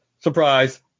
surprise